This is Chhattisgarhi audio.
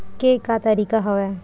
के का तरीका हवय?